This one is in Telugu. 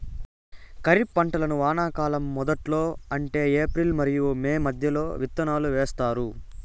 ఖరీఫ్ పంటలను వానాకాలం మొదట్లో అంటే ఏప్రిల్ మరియు మే మధ్యలో విత్తనాలు వేస్తారు